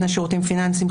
נותני שירותים פיננסיים,